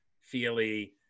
feely